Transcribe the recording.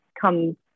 come